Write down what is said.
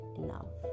enough